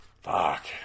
fuck